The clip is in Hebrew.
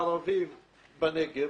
הערבים בנגב,